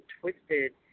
twisted